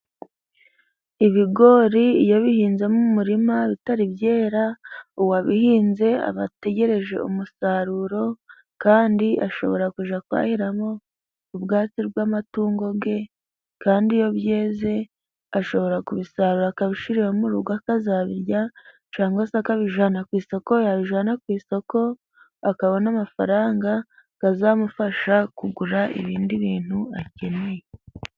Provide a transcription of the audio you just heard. Ibigori iyo bihinze mu murima bitari byera, uwabihinze aba ategereje umusaruro kandi ashobora kujya kwahiramo ubwatsi rw'amatungo bwe, kandi iyo byeze ashobora kubisarura akabishyira mu rugo akazabirya cyangwa se akabijyana ku isoko, yabijyana ku isoko akabona amafaranga azamufasha kugura ibindi bintu akeneye.